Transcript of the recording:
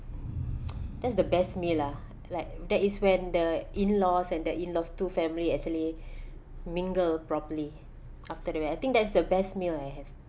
that's the best meal lah like that is when the in laws and the in-laws' two family actually mingle properly after the wed~ I think that's the best meal I have